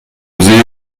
زیرا